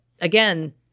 again